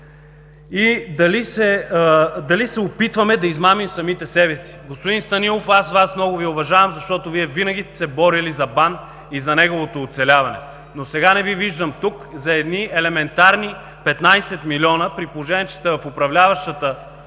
и дали се опитваме да измамим самите себе си. Господин Станилов, аз Вас много Ви уважавам, защото Вие винаги сте се борили за БАН и за неговото оцеляване. Но сега не Ви виждам тук за едни елементарни 15 млн. лв., при положение че сте в управляващата